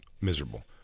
miserable